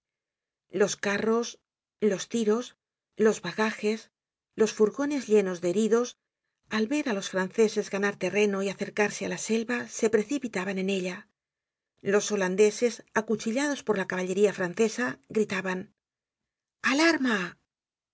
los carros los tiros los bagajes los furgones llenos de heridos al ver á los franceses ganar terreno y acercarse á la selva se precipitaban en ella los holandeses acuchillados por la caballería francesa gritaban